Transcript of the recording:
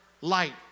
light